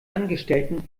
angestellten